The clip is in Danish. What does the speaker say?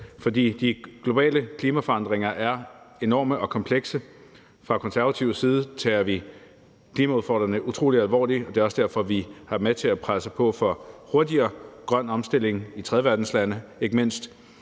for de globale klimaforandringer er enorme og komplekse. Fra Konservatives side tager vi klimaudfordringerne utrolig alvorligt, og det er også derfor, vi har været med til at presse på for hurtigere grøn omstilling i tredjeverdenslande, ikke mindst